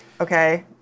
okay